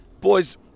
Boys